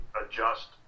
adjust